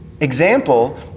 example